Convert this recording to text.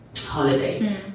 holiday